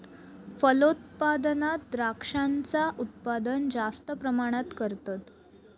फलोत्पादनात द्रांक्षांचा उत्पादन जास्त प्रमाणात करतत